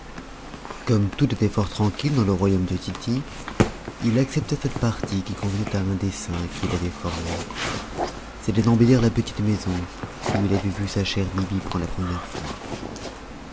comme tout était fort tranquille dans le royaume de tity il accepta cette partie qui convenait à un dessein qu'il avait formé c'était d'embellir la petite maison où il avait vu sa chère biby pour la première fois